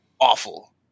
awful